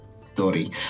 story